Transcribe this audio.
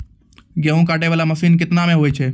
गेहूँ काटै वाला मसीन केतना मे होय छै?